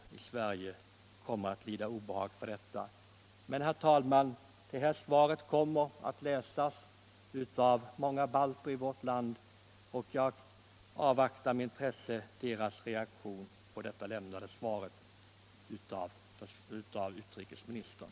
Det svar som utrikesministern har lämnat kommer att läsas av många balter i vårt land, och jag avvaktar med intresse deras reaktion.